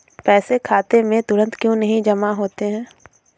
पैसे खाते में तुरंत क्यो नहीं जमा होते हैं?